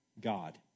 God